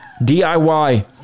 DIY